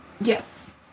Yes